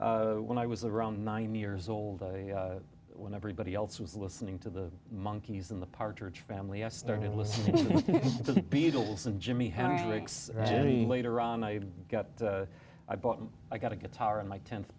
when i was around nine years old when everybody else was listening to the monkeys in the partridge family i started listening to the beatles and jimi hendrix later on i got i bought an i got a guitar in my tenth